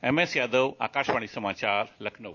M एसयादव Akashvani समाचार लखनऊ